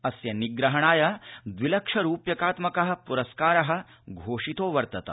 अस्य निप्रहणाय द्विलक्ष रूप्यकात्मक पुरस्कार घोषितोऽवर्तत